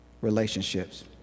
relationships